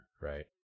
right